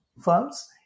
firms